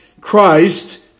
Christ